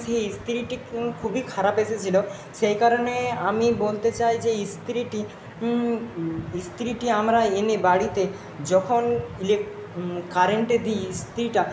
সেই ইস্তিরিটি খুবই খারাপ এসেছিলো সেই কারণে আমি বলতে চাই যে ইস্তিরিটি ইস্তিরিটি আমরা এনে বাড়িতে যখন ইলেক কারেন্টে দিই ইস্তিরিটা